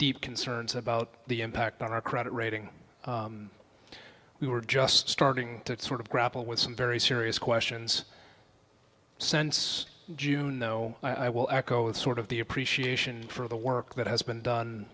deep concerns about the impact on our credit rating we were just starting to sort of grapple with some very serious questions since june though i will echo with sort of the appreciation for the work that has been done